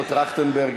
מנו טרכטנברג,